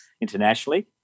internationally